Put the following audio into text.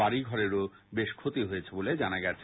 বাড়িঘরেরও বেশ ক্ষতি হয়েছে বলে জানা গেছে